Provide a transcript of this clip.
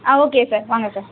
ஆ okay sir வாங்க sir